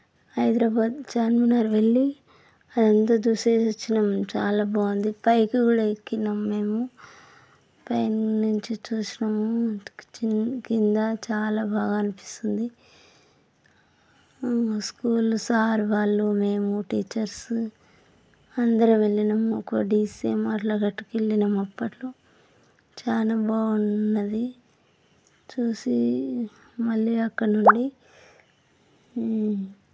హైదరాబాద్ చార్మినార్ వెళ్ళి అదంతా చూసేసి వచ్చినాం చాలా బాగుంది పైకి కూడా ఎక్కినాము మేము పైన నుంచి చూసినాము చిన్న కింద చాలా బాగా అనిపిస్తుంది స్కూల్ సార్ వాళ్ళు మేము టీచర్స్ అందరం వెళ్ళినాము ఒక డీసె కట్ల పట్టుకొని వెళ్ళినాము అప్పట్లో చాలా బాగుంది చూసి మళ్ళీ అక్కడ నుండి